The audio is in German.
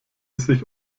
sich